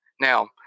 Now